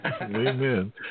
Amen